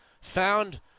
found